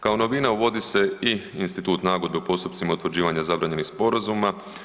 Kao novina uvodi se i institut nagodbe u postupcima utvrđivanja zabranjenih sporazuma.